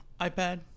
iPad